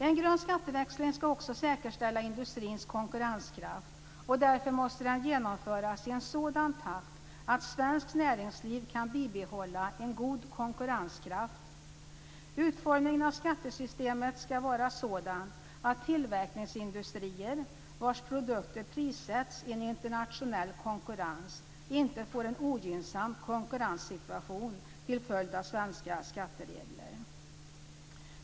En grön skatteväxling ska också säkerställa industrins konkurrenskraft, och därför måste den genomföras i en sådan takt att svenskt näringsliv kan bibehålla en god konkurrenskraft. Utformningen av skattesystemet ska vara sådant att tillverkningsindustrier vars produkter prissätts i en internationell konkurrens inte får en ogynnsam konkurrenssituation till följd av svenska skatteregler.